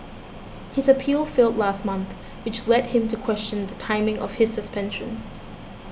his appeal failed last month which led him to question the timing of his suspension